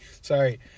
Sorry